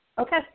Okay